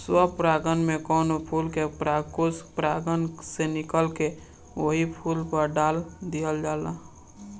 स्व परागण में कवनो फूल के परागकोष परागण से निकाल के ओही फूल पर डाल दिहल जाला